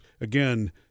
again